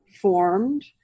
formed